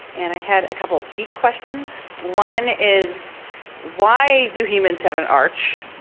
and i had a couple of feet questions. one is why do humans have an arch,